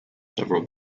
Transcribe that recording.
several